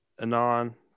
Anon